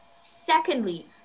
Secondly